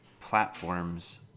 platforms